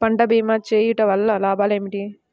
పంట భీమా చేయుటవల్ల లాభాలు ఏమిటి?